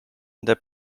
the